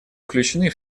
включены